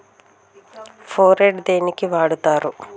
Phorate దేనికి వాడుతరు?